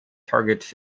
targets